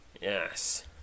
Yes